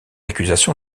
accusation